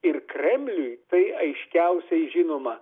ir kremliui tai aiškiausiai žinoma